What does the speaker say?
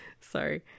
Sorry